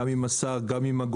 גם עם השר,